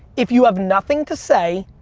if you have nothing to say,